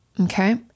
Okay